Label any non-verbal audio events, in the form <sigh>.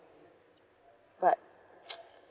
but <noise>